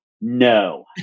no